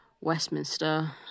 westminster